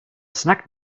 snagged